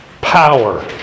power